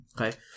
Okay